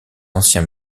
ancien